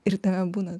ir tame būna